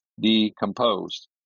decomposed